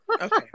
okay